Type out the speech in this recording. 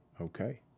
Okay